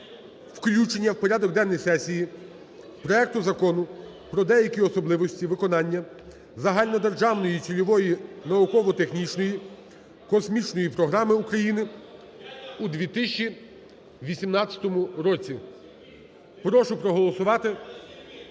включення у порядок денний сесії проекту Закону про деякі особливості виконання Загальнодержавної цільової науково-технічної космічної програми України у 2018 році. Прошу проголосувати